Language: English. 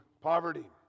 poverty